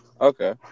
Okay